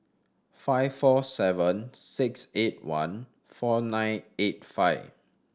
five four seven six eight one four nine eight five